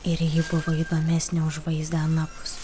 ir ji buvo įdomesnė už vaizdą anapus